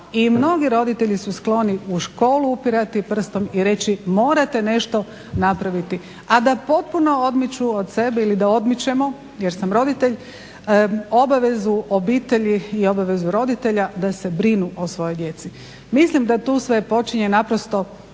i mnogi roditelji su skloni u školu upirati prstom i reći morate nešto napraviti, a da potpuno odmiču od sebe ili da odmičemo jer sam roditelj obavezu obitelji i obavezu roditelja da se brinu o svojoj djeci. Mislim da tu sve počinje, naprosto